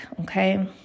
okay